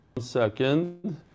second